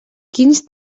quins